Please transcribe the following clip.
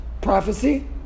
prophecy